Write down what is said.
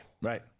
Right